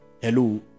Hello